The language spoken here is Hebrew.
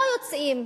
לא יוצאים